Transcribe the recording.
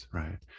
right